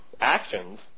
actions